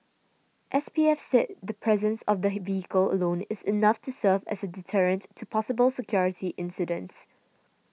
S P F said the presence of the vehicle alone is enough to serve as a deterrent to possible security incidents